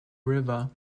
river